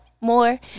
more